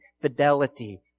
fidelity